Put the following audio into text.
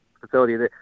facility